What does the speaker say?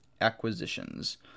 Acquisitions